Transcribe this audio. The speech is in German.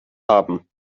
haben